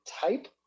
type